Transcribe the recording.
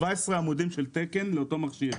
17 עמודים של תקן לאותו מכשיר,